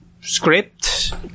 script